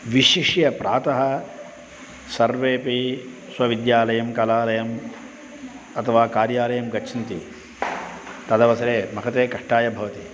विशिष्य प्रातः सर्वेपि स्वविद्यालयं कलालयम् अथवा कार्यालयं गच्छन्ति तदवसरे महते कष्टाय भवति